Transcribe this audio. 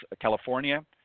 California